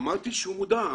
אמרתי שהוא מודע.